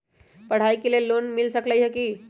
पढाई के लेल लोन मिल सकलई ह की?